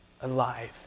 alive